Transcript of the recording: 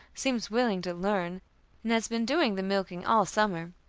seems willing to learn, and has been doing the milking all summer.